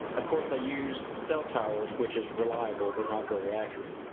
of course, they use cell towers, which is reliable, but not very accurate.